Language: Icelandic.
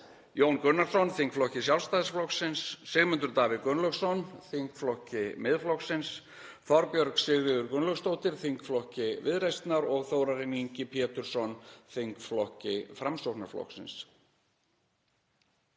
Jón Gunnarsson, þingflokki Sjálfstæðisflokksins, Sigmundur Davíð Gunnlaugsson, þingflokki Miðflokksins, Þorbjörg Sigríður Gunnlaugsdóttir, þingflokki Viðreisnar, og Þórarinn Ingi Pétursson, þingflokki Framsóknarflokksins.